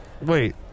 Wait